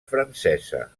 francesa